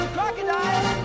Crocodile